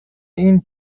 این